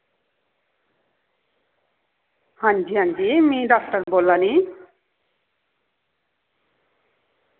हां जी हां जी मैं डाक्टर बोल्ला नी